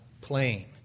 plain